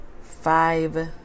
five